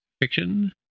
fiction